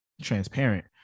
transparent